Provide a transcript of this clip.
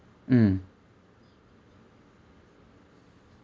mm